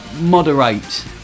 moderate